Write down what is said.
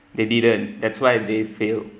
they didn't that's why they failed